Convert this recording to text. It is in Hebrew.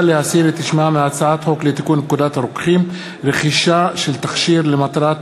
להסיר את שמה מהצעת חוק לתיקון פקודת הרוקחים (רכישה של תכשיר למטרת